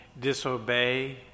disobey